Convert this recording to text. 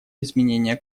изменения